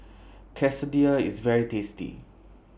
Quesadillas IS very tasty